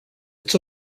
its